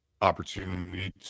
opportunity